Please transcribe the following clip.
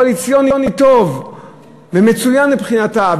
הסכם קואליציוני טוב ומצוין מבחינתה,